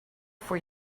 for